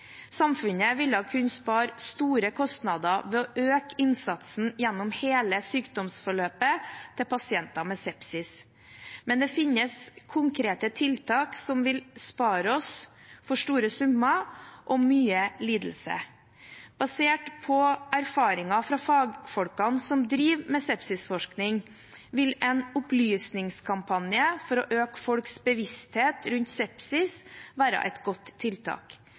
Samfunnet ville kunne spare store kostnader ved å øke innsatsen gjennom hele sykdomsforløpet til pasienter med sepsis. Det finnes imidlertid konkrete tiltak som vil kunne spare oss for store summer og mye lidelse. Basert på erfaringer fra fagfolkene som driver med sepsisforskning, vil en opplysningskampanje for å øke folks bevissthet rundt sepsis være et godt tiltak.